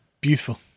beautiful